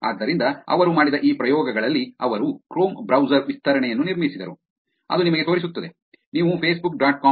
ಆದ್ದರಿಂದ ಅವರು ಮಾಡಿದ ಈ ಪ್ರಯೋಗಗಳಲ್ಲಿ ಅವರು ಕ್ರೋಮ್ ಬ್ರೌಸರ್ ವಿಸ್ತರಣೆಯನ್ನು ನಿರ್ಮಿಸಿದರು ಅದು ನಿಮಗೆ ತೋರಿಸುತ್ತದೆ ನೀವು ಫೇಸ್ಬುಕ್ ಡಾಟ್ ಕಾಮ್ facebook